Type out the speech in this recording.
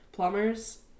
plumbers